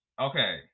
Okay